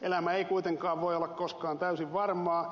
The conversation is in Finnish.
elämä ei kuitenkaan voi olla koskaan täysin varmaa